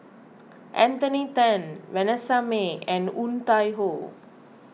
Anthony then Vanessa Mae and Woon Tai Ho